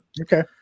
okay